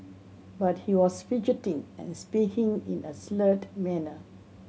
but he was fidgeting and speaking in a slurred manner